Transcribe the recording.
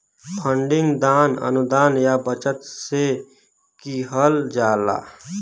funding दान, अनुदान या बचत से किहल जाला